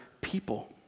people